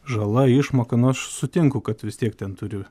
žala išmoka nu aš sutinku kad vis tiek ten turi